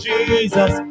Jesus